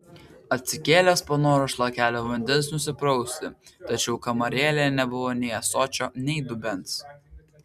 atsikėlęs panoro šlakelio vandens nusiprausti tačiau kamarėlėje nebuvo nei ąsočio nei dubens